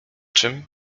czym